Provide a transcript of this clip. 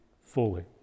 fully